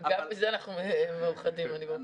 גם בזה אנחנו מאוחדים, אני והוא.